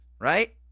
right